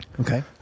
Okay